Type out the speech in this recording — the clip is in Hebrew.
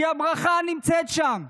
כי הברכה נמצאת שם.